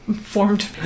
formed